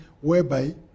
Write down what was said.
whereby